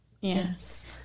Yes